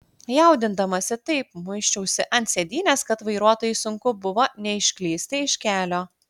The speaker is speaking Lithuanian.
jaudindamasi taip muisčiausi ant sėdynės kad vairuotojui sunku buvo neišklysti iš kelio